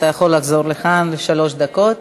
אתה יכול לחזור לכאן לשלוש דקות.